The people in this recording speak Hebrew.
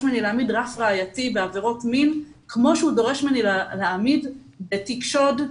ממני להעמיד רף ראייתי בעבירות מין כמו שהוא דורש ממני להעמיד בתיק שוד,